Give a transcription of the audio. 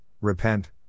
Repent